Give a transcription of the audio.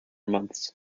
months